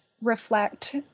reflect